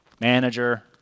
manager